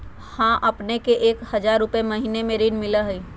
हां अपने के एक हजार रु महीने में ऋण मिलहई?